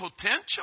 potential